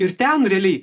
ir ten realiai